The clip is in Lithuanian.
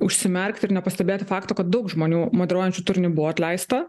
užsimerkt ir nepastebėt fakto kad daug žmonių moderuojančių turinį buvo atleista